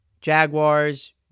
Jaguars